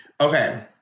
Okay